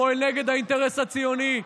פועל נגד האינטרס הציוני,